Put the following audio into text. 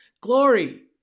Glory